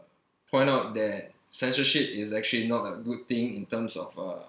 point out that censorship is actually not a good thing in terms of uh